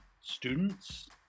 students